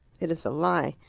it is a lie.